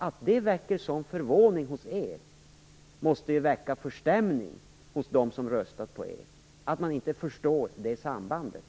Att det väcker sådan förvåning hos moderaterna måste ju väcka förstämning hos dem röstar på er.